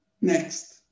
Next